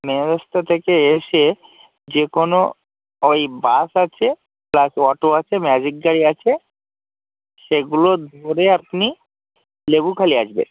main রাস্তা থেকে এসে যেকোনও ওই বাস আছে প্লাস অটো আছে ম্যাজিক গাড়ি আছে সেগুলো ধরে আপনি নেবুখালি আসবে